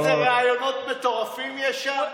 אתה יודע איזה רעיונות מטורפים יש שם?